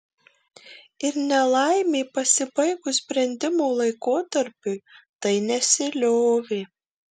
ir nelaimė pasibaigus brendimo laikotarpiui tai nesiliovė